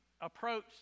approach